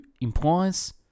implies